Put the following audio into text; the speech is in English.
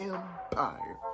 Empire